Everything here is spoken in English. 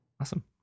Awesome